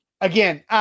Again